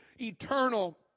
eternal